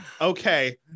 Okay